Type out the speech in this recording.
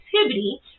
activity